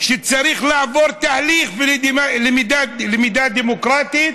שצריך לעבור תהליך ולמידה דמוקרטית,